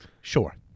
Sure